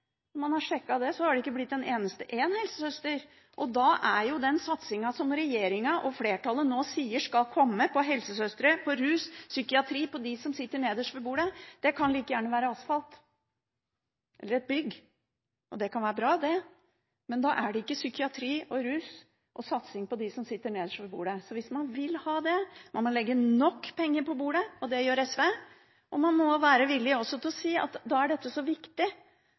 har man sjekket det, og det har ikke blitt en eneste helsesøster. Da kan jo den satsingen som regjeringen og flertallet nå sier skal komme på helsesøstre, på rus og psykiatri, på dem som sitter nederst ved bordet, like gjerne være på asfalt – eller et bygg. Det kan være bra, det, men da er det ikke satsing på psykiatri og rus og på dem som sitter nederst ved bordet! Hvis man vil ha en satsing på dette, må en legge nok penger på bordet – og det gjør SV – og man må også være villig til å si at dette er så viktig